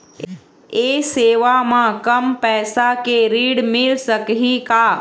ये सेवा म कम पैसा के ऋण मिल सकही का?